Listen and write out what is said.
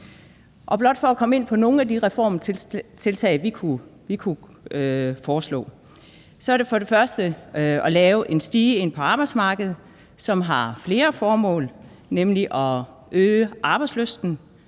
for at komme ind på nogle af de reformtiltag, vi kunne foreslå, er det at lave en stige ind på arbejdsmarkedet, som har flere formål, nemlig at øge arbejdslysten,